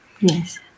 yes